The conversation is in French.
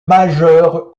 majeures